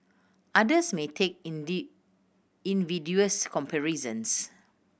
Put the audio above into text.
others may make invidious comparisons